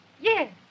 yes